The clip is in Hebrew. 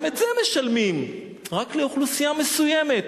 גם את זה משלמים רק לאוכלוסייה מסוימת